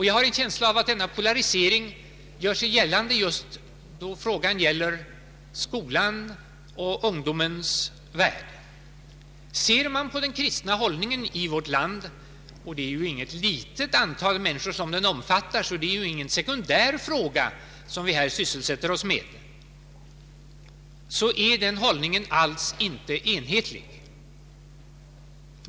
Jag har en känsla av att denna polarisering gör sig gällande just i fråga om skolan och ungdomens värld. Ser man på den kristna hållningen i vårt land — och det är ju inget litet antal människor som den omfattar, så det är ingen sekundär fråga som vi här sysselsätter oss med — är den alls inte enhetlig.